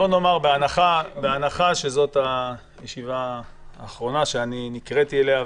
בהנחה שזאת הישיבה האחרונה שאני נקראתי אליה,